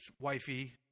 wifey